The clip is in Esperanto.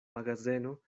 magazeno